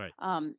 Right